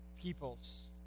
peoples